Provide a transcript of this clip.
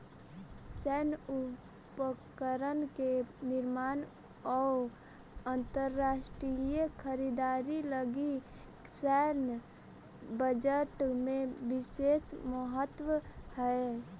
सैन्य उपकरण के निर्माण अउ अंतरराष्ट्रीय खरीदारी लगी सैन्य बजट के विशेष महत्व हई